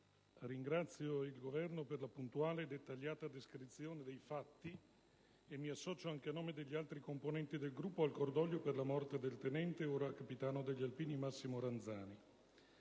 ringrazio il Governo per la puntuale e dettagliata descrizione dei fatti e mi associo, anche a nome degli altri componenti del Gruppo, al cordoglio per la morte del tenente, ora capitano degli alpini Massimo Ranzani.